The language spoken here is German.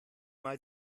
mal